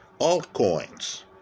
altcoins